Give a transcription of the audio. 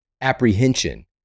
apprehension